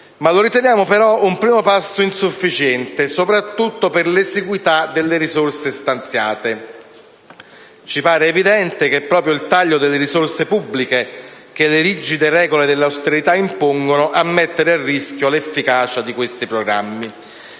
Ma lo riteniamo però un primo passo insufficiente, soprattutto per l'esiguità delle risorse stanziate. Ci sembra evidente che è proprio il taglio delle risorse pubbliche che le rigide regole dell'austerità impongono a mettere a rischio l'efficacia di questi programmi.